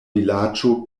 vilaĝo